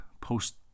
post